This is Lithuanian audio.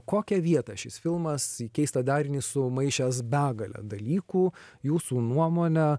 kokią vietą šis filmas į keistą darinį sumaišęs begalę dalykų jūsų nuomone